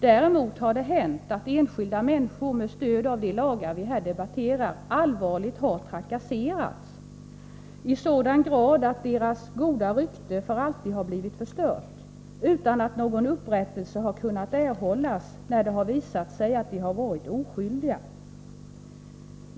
Däremot har det hänt att enskilda människor med stöd av de lagar vi här debatterar allvarligt har trakasserats, ja, i sådan grad att deras goda rykte för alltid blivit förstört, utan att någon upprättelse kunnat erhållas när det visat sig att de har varit oskyldiga.